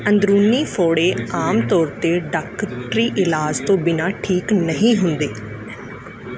ਅੰਦਰੂਨੀ ਫੋੜੇ ਆਮ ਤੌਰ 'ਤੇ ਡਾਕਟਰੀ ਇਲਾਜ ਤੋਂ ਬਿਨਾਂ ਠੀਕ ਨਹੀਂ ਹੁੰਦੇ